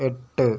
എട്ട്